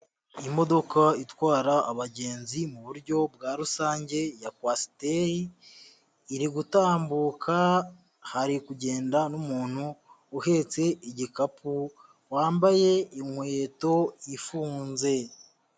Imodoka itwara abagenzi mu buryo bwa rusange ya kwasiteri iri gutambuka, hari kugenda n'umuntu uhetse igikapu, wambaye inkweto ifunze.